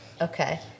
Okay